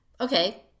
Okay